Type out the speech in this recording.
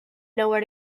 nowhere